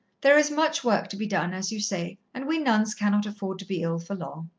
there is much work to be done, as you say, and we nuns cannot afford to be ill for long.